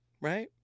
Right